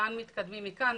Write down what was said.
לאן מתקדמים מכאן?